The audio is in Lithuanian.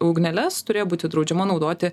ugneles turėjo būti draudžiama naudoti